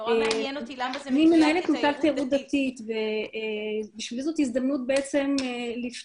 אני מנכלת תחום מותר תיירות דתית ועבורי זו הזדמנות לפתוח